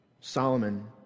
Solomon